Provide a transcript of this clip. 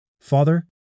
Father